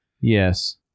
Yes